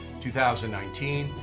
2019